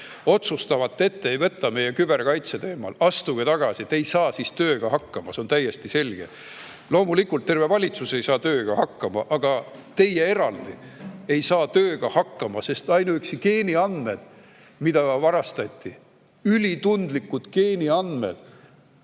otsustavat ette ei võta meie küberkaitses, astuge tagasi! Te ei saa siis tööga hakkama, see on täiesti selge. Loomulikult, terve valitsus ei saa tööga hakkama, aga ka teie eraldi ei saa tööga hakkama, sest ainuüksi geeniandmed, mida varastati, ülitundlikud geeniandmed,